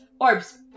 Orbs